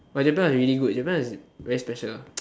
but Japan was really good Japan was very special